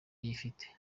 yifite